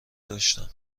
داشتم